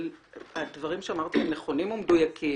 הדברים שאמרתי הם נכונים ומדויקים.